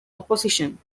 opposition